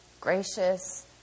gracious